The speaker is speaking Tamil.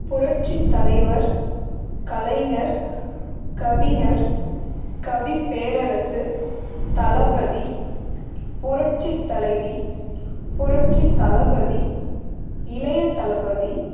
புரட்சித் தலைவர் கலைஞர் கவிஞர் கவிப்பேரரசு தளபதி புரட்சித் தலைவி புரட்சித் தளபதி இளைய தளபதி